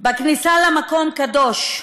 בכניסה למקום קדוש,